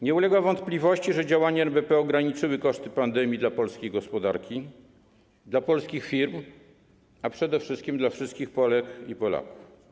Nie ulega wątpliwości, że działania NBP ograniczyły koszty pandemii dla polskiej gospodarki, dla polskich firm, a przede wszystkim dla wszystkich Polek i Polaków.